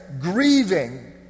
grieving